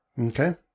Okay